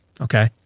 okay